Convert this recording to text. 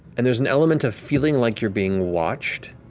and there's an element of feeling like you're being watched,